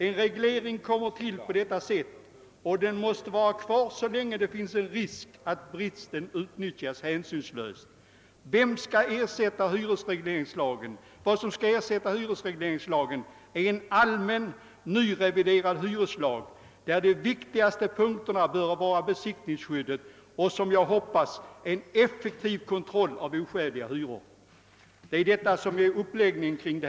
En reglering kommer till på detta sätt och den måste vara kvar så länge det finns en risk att bristen utnyttjas hänsynslöst. Vad som skall ersätta hyresregleringslagen är en allmän, nyreviderad hyreslag där de viktigaste punkterna bör vara besittningsskyddet och, som jag också hoppas, en effektiv kontroll av' oskäliga hyror.» Det är på detta vi byggt vår uppläggning.